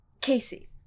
Casey